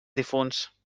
difunts